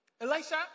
Elisha